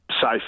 safe